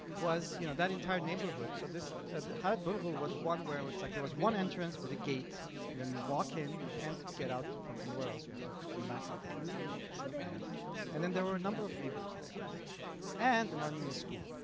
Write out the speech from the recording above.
was you know that entire neighborhood so this the hospital was one where was like there was one entrance with a gate and then you walk in you can't get out from anywhere else you have to come back out from the same same end and then there were a number of neighbors there and an armenian school.